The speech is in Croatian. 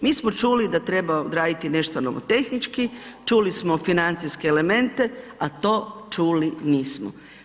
Mi smo čuli da treba odraditi nešto nomotehnički, čuli smo financijske elemente, a to čuli nismo.